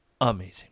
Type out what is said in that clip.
amazing